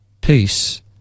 peace